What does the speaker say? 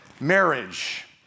marriage